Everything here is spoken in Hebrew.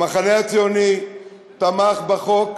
המחנה הציוני תמך בחוק,